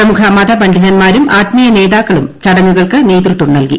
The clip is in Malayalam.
പ്രമുഖ മതപണ്ഡിതന്മാരും ആത്മീയ നേതാക്കളും ചടങ്ങുകൾക്ക് നേതൃത്വം നൽകി